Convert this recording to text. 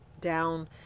down